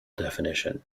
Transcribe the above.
definition